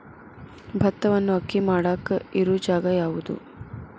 ಭತ್ತವನ್ನು ಅಕ್ಕಿ ಮಾಡಾಕ ಇರು ಜಾಗ ಯಾವುದು?